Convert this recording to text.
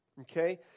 Okay